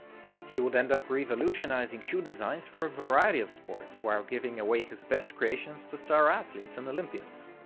he would end up revolutionizing shoe designs for a variety of sports while giving away his best creations to star athletes and olympians.